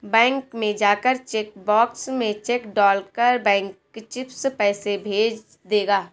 bank में जाकर cheque box में चेक डाल कर बैंक चिप्स पैसे भेज देगा